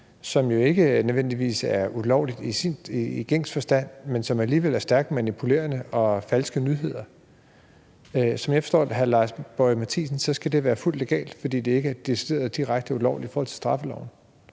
som jo ikke nødvendigvis er ulovligt i gængs forstand, men som alligevel er stærkt manipulerende og falske nyheder. Som jeg forstår hr. Lars Boje Mathiesen, skal det være fuldt legalt, fordi det ikke er decideret ulovligt i forhold til straffeloven.